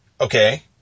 okay